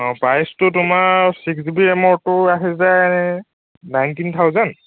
অ' প্ৰাইচটো তোমাৰ six G B ৰেমৰটো আহি যায় নাইনটিন থাউজেণ্ড